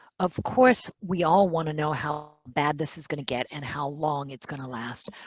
of course, we all want to know how bad this is going to get and how long it's going to last.